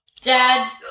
Dad